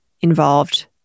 involved